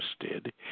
interested